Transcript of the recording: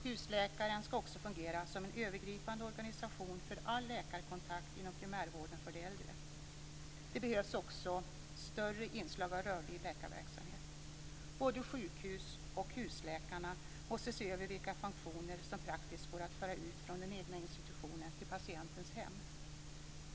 Husläkaren skall också fungera som en övergripande organisation för all läkarkontakt inom primärvården för de äldre. Det behövs också större inslag av rörlig läkarverksamhet. Både sjukhus och husläkarna måste se över vilka funktioner som praktiskt går att föra ut från den egna institutionen till patientens hem.